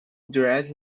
dress